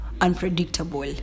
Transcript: unpredictable